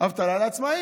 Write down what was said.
חוק אבטלה לעצמאים.